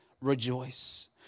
rejoice